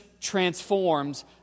transforms